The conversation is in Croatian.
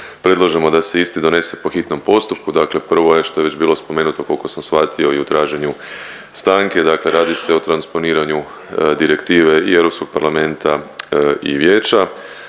predlažemo da se isti donese po hitnom postupku. Dakle, prvo je što je već bilo spomenuto koliko sam shvatio i u traženju stanke, dakle radi se o transponiranju direktive i Europskog parlamenta i vijeća